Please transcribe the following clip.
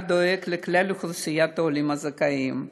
דואג לכלל אוכלוסיית העולים הזכאים.